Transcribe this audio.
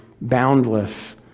boundless